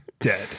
dead